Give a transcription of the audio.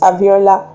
Aviola